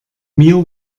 mir